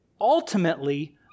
ultimately